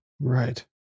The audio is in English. Right